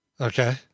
okay